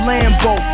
Lambo